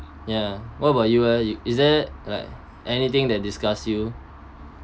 ya what about you ah is there like anything that disgust you